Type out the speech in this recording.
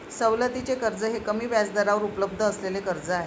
सवलतीचे कर्ज हे कमी व्याजदरावर उपलब्ध असलेले कर्ज आहे